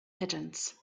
pigeons